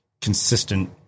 consistent